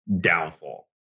downfall